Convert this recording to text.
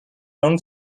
own